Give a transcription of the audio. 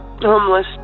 homeless